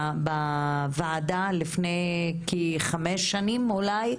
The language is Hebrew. בוועדה הזו, לפני כחמש שנים אולי?